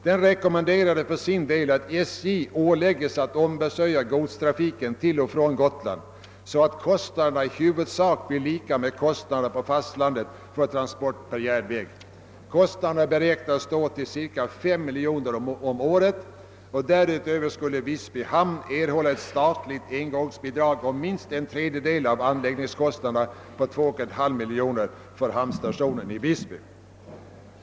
Den rekommenderade för sin del att SJ ålägges att ombesörja godstrafiken till och från Gotland så att kostnaderna i huvudsak blir lika med kostnaderna på fastlandet för transport per järnväg. Kostnaden beräknades då till cirka 5 miljoner kronor om året. Därutöver skulle Visby hamn erhålla ett statligt engångsbidrag på minst en tredjedel av anläggningskostnaderna på 2,5 miljoner för hamnstationen i Visby.